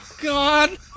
God